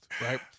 right